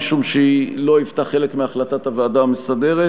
משום שהיא לא היוותה חלק מהחלטת הוועדה המסדרת,